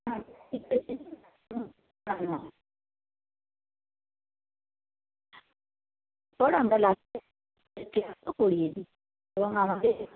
পর আমরা লাস্টে করিয়ে দিই এবং আমাদের এখানে